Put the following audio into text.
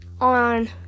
on